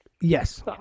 Yes